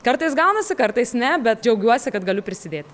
kartais gaunasi kartais ne bet džiaugiuosi kad galiu prisidėti